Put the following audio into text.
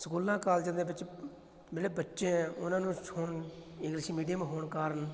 ਸਕੂਲਾਂ ਕਾਲਜਾਂ ਦੇ ਵਿੱਚ ਜਿਹੜੇ ਬੱਚੇ ਆ ਉਹਨਾਂ ਨੂੰ ਹੁਣ ਇੰਗਲਿਸ਼ ਮੀਡੀਅਮ ਹੋਣ ਕਾਰਨ